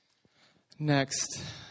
Next